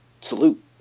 salute